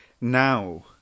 now